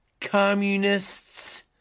communists